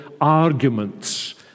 arguments